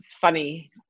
funny